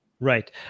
Right